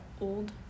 old